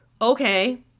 Okay